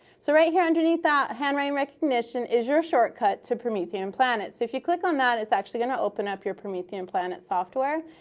so right here, underneath that handwriting recognition, is your shortcut to promethean planet. so if you click on that, it's actually going to open up your promethean planet software.